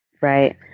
Right